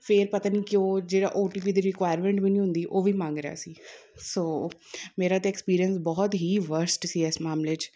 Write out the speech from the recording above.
ਫਿਰ ਪਤਾ ਨਹੀਂ ਕਿਉਂ ਜਿਹੜਾ ਓ ਟੀ ਪੀ ਦੀ ਰਿਕੁਆਇਰਮੈਂਟ ਵੀ ਨਹੀਂ ਹੁੰਦੀ ਉਹ ਵੀ ਮੰਗ ਰਿਹਾ ਸੀ ਸੋ ਮੇਰਾ ਤਾਂ ਐਕਸਪੀਰੀਅਸ ਬਹੁਤ ਹੀ ਵਰਸਟ ਸੀ ਇਸ ਮਾਮਲੇ 'ਚ